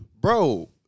Bro